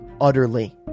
utterly